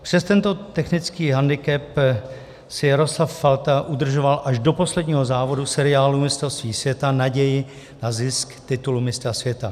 Přes tento technický hendikep si Jaroslav Falta udržoval až do posledního závodu seriálu mistrovství světa naději na zisk titulu mistra světa.